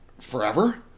forever